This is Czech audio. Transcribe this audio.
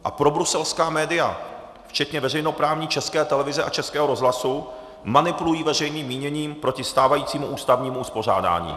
A probruselská média, včetně veřejnoprávní České televize a Českého rozhlasu, manipulují veřejným míněním proti stávajícímu ústavnímu uspořádání.